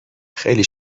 خیلی